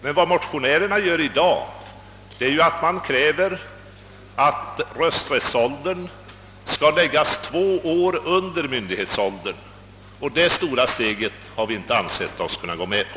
Men vad motionärerna i dag kräver är att rösträttsåldern skall läggas två år under myndighetsåldern. Det stora steget har vi inte ansett oss kunna gå med på.